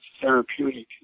therapeutic